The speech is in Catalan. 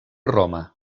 roma